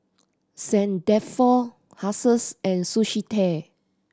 Saint Dalfour Asus and Sushi Tei